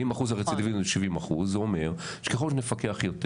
ואם שיעור הרצידיביזם הוא 70% זה אומר שככל שנפקח יותר